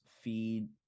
feed